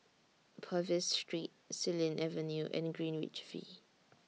Purvis Street Xilin Avenue and Greenwich V